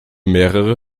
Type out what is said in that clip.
mehrere